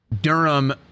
Durham